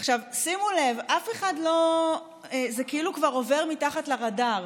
עכשיו, שימו לב, זה כאילו כבר עובר מתחת לרדאר: